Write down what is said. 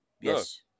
Yes